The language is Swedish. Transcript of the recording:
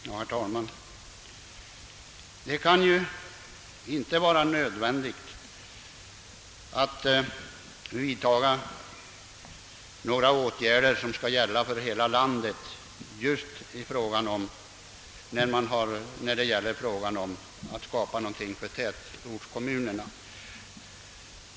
Herr talman! Det kan ju inte vara nödvändigt att vidtaga några åtgärder som skall avse hela landet just när det gäller att skapa ett system för tätortskommunerna.